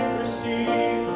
receive